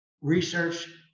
research